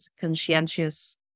conscientious